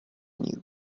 new